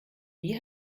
wie